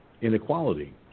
inequality